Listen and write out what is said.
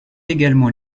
également